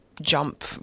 jump